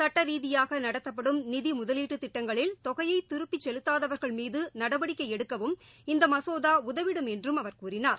சுட்ட ரீதியாக நடத்தப்படும் நிதி முதலீட்டு திட்டங்களில் தொகையை திருப்பிச் செலுத்தாதவர்கள் மீது நடவடிக்கை எடுக்கவும் இந்த மசோதா உதவிடும் என்று அவர் கூறினார்